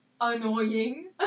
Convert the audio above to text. annoying